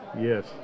Yes